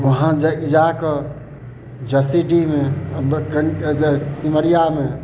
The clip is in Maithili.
उहाँ जा जाकऽ जसीडीहमे सिमरियामे